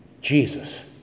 Jesus